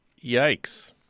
Yikes